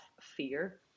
fear